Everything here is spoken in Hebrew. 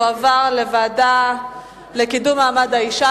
הצעת החוק תועבר לוועדה לקידום מעמד האשה